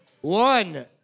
one